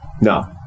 no